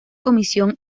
comisión